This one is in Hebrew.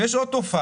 יש עוד תופעה